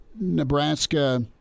Nebraska